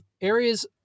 areas